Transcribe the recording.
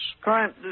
Crime